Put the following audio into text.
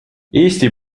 eesti